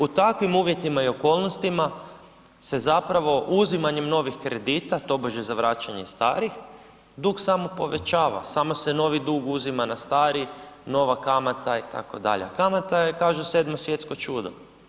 U takvim uvjetima i okolnostima se zapravo uzimanjem novih kredita tobože za vraćanje starih dug samo povećava, samo se novi dug uzima na stari, nova kamata, itd., a kamata je kažu, 7. svjetsko čudo.